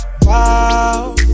Wow